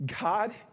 God